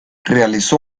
realizó